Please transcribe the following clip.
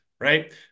right